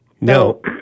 No